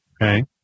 Okay